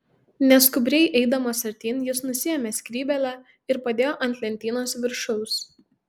neskubriai eidamas artyn jis nusiėmė skrybėlę ir padėjo ant lentynos viršaus